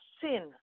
sin